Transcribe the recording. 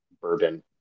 bourbon